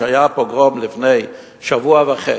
כשהיה הפוגרום לפני שבוע וחצי,